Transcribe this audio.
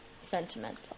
sentimental